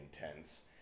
intense